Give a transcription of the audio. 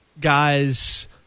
guys